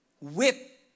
whip